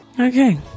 Okay